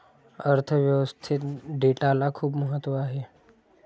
अर्थ व्यवस्थेत डेटाला खूप महत्त्व आहे